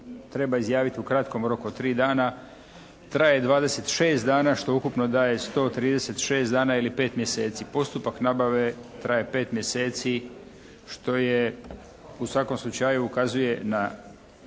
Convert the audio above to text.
treba izjaviti u kratkom roku od 3 dana traje 26 dana što ukupno daje 136 dana ili 5 mjeseci. Postupak nabave traje 5 mjeseci, što je u svakom slučaju ukazuje na